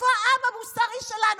איפה העם המוסרי שלנו?